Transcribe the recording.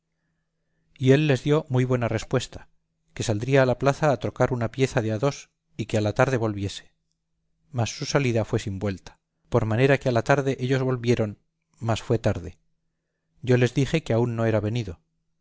y él les dio muy buena respuesta que saldría a la plaza a trocar una pieza de a dos y que a la tarde volviese mas su salida fue sin vuelta por manera que a la tarde ellos volvieron mas fue tarde yo les dije que aún no era venido